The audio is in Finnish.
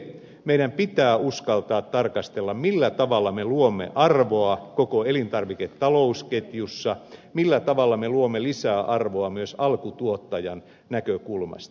meidän pitää uskaltaa tarkastella millä tavalla me luomme arvoa koko elintarviketalousketjussa millä tavalla me luomme lisää arvoa myös alkutuottajan näkökulmasta